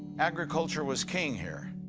agriculture was king here.